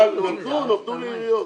זה לא יקרה.